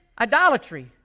idolatry